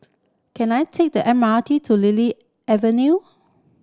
can I take the M R T to Lily Avenue